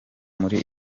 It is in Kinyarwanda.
muri